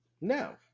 No